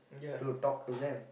to talk to them